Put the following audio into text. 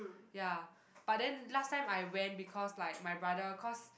ya but then last time I went because like my brother cause